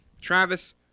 Travis